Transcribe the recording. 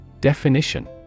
Definition